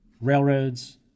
railroads